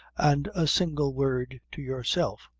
and a single word to yourself,